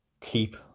keep